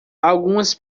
algumas